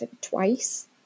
twice